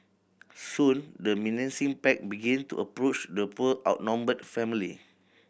soon the menacing pack begin to approach the poor outnumbered family